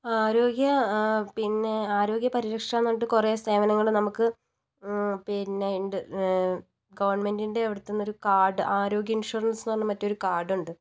ആരോഗ്യ പിന്നെ ആരോഗ്യ പരിരക്ഷാന്ന് പറഞ്ഞിട്ട് കുറെ സേവനങ്ങള് നമുക്ക് പിന്നെ ഉണ്ട് ഗവണ്മെന്റിൻ്റെ അടുത്ത് നിന്നൊരു കാർഡ് ആരോഗ്യ ഇൻഷുറൻസ്ന്ന് പറഞ്ഞ് മറ്റൊരു കാർഡുണ്ട്